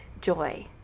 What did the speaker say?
joy